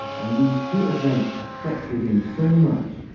and these two events affected him so much